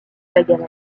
paganel